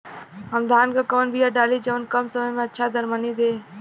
हम धान क कवन बिया डाली जवन कम समय में अच्छा दरमनी दे?